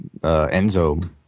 Enzo